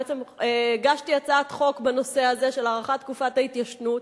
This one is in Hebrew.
בעצם הגשתי הצעת חוק בנושא הזה של הארכת תקופת ההתיישנות,